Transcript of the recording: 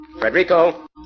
Federico